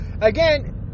again